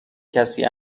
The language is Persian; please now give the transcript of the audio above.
کسی